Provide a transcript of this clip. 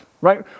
right